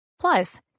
Plus